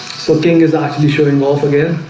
something is actually showing off again.